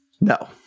No